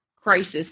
crisis